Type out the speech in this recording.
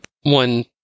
one